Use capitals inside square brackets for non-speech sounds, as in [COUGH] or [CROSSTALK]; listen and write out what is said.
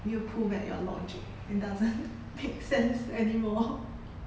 need to pull back your logic it doesn't [LAUGHS] make sense anymore